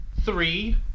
three